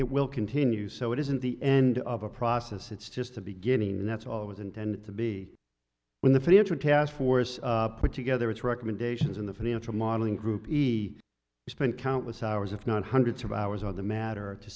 it will continue so it isn't the end of a process it's just a beginning that's all it was intended to be when the financial test force put together its recommendations in the financial modeling group he spent countless hours if not hundreds of hours on the matter to